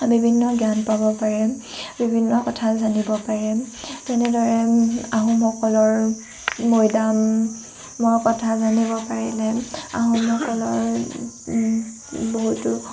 বিভিন্ন জ্ঞান পাব পাৰে বিভিন্ন কথা জানিব পাৰে তেনেদৰে আহোমসকলৰ মৈদামৰ কথা জানিব পাৰিলে আহোমসকলৰ বহুতো